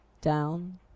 Down